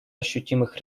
ощутимых